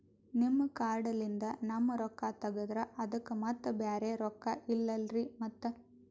ನಿಮ್ ಕಾರ್ಡ್ ಲಿಂದ ನಮ್ ರೊಕ್ಕ ತಗದ್ರ ಅದಕ್ಕ ಮತ್ತ ಬ್ಯಾರೆ ರೊಕ್ಕ ಇಲ್ಲಲ್ರಿ ಮತ್ತ?